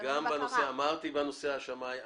בנושא השמאי.